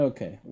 Okay